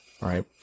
Right